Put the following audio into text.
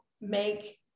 make